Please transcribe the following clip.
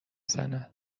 زند